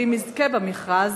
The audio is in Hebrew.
אם יזכה במכרז,